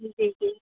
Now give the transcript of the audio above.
જીજી